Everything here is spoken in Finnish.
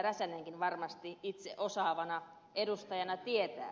räsänenkin varmasti itse osaavana edustajana tietää